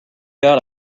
got